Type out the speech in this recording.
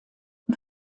und